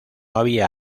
había